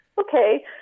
okay